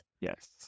Yes